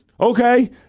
okay